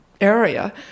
area